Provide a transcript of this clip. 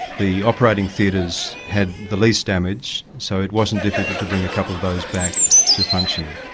the operating theatres had the least damage so it wasn't difficult to bring a couple of those back to function.